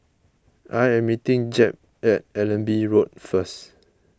I am meeting Jep at Allenby Road first